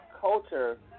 culture